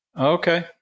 Okay